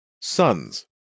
Sons